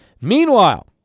Meanwhile